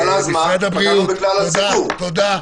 תודה.